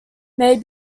may